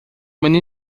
menino